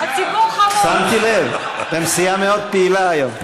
נא לצאת מן האולם.